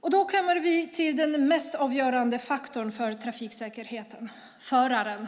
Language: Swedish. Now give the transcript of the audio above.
Och då kommer vi till den mest avgörande faktorn för trafiksäkerheten: föraren.